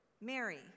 Mary